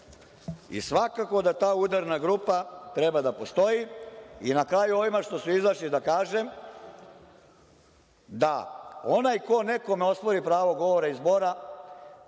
Svakako da ta udarna grupa treba da postoji. Na kraju ovima što su izašli da kažem da onaj ko nekome ospori pravo govora i zbora,